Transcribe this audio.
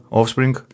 Offspring